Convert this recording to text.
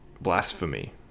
Blasphemy